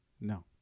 No